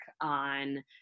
on